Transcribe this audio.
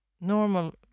normal